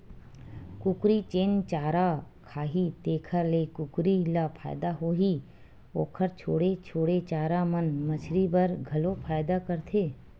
कुकरी जेन चारा खाही तेखर ले कुकरी ल फायदा होही, ओखर छोड़े छाड़े चारा मन मछरी बर घलो फायदा करथे